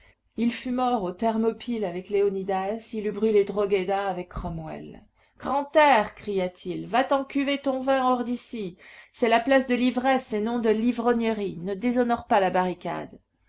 il fût mort aux thermopyles avec léonidas et eût brûlé drogheda avec cromwell grantaire cria-t-il va-t'en cuver ton vin hors d'ici c'est la place de l'ivresse et non de l'ivrognerie ne déshonore pas la barricade